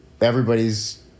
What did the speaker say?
Everybody's